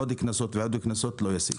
עוד קנסות ועוד קנסות לא ישיגו את המטרה.